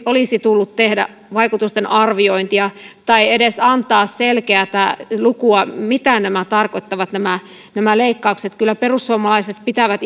olisi tullut tehdä vaikutusten arviointia tai edes antaa selkeitä lukuja mitä nämä nämä leikkaukset tarkoittavat kyllä perussuomalaiset pitävät